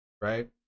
right